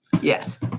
Yes